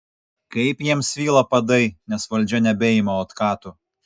kaip jiems svyla padai nes valdžia nebeima otkatų